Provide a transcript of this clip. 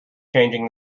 changing